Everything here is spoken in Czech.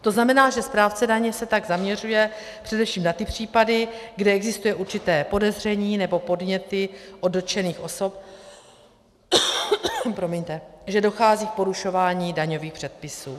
To znamená, že správce daně se tak zaměřuje především na ty případy, kde existuje určité podezření nebo podněty od dotčených osob, že dochází k porušování daňových předpisů.